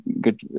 good